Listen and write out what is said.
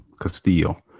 Castillo